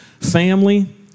family